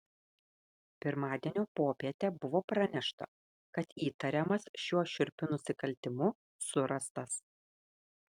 pirmadienio popietę buvo pranešta kad įtariamas šiuo šiurpiu nusikaltimu surastas